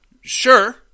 Sure